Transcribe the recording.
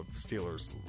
Steelers